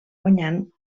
guanyant